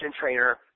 trainer